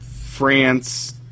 France